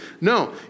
No